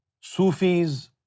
Sufis